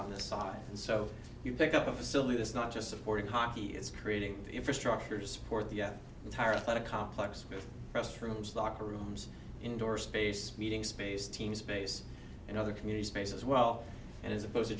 on the side and so you pick up a facility that's not just supporting hockey is creating the infrastructure support the entire thought a complex with restrooms locker rooms indoor space meeting space teams space and other community space as well as opposed to